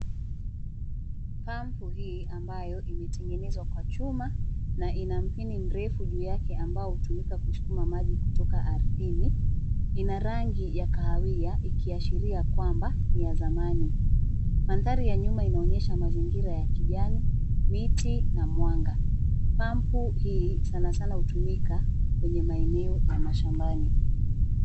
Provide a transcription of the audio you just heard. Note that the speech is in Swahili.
Pampu hii ambayo imetengenezwa kwa chuma na ina mpini mrefu juu yake ambayo hutumika kusukuma maji kutoka ardhini, ina rangi ya kahawia ikiashiria kwamba ni ya zamani . Mandhari ya nyuma inaonyesha mazingira ya kijani, miti na mwanga. Pampu hii sanasana hutumika kwenye maeneo ya mashambani.